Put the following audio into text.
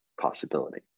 possibility